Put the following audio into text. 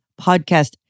podcast